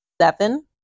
seven